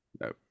no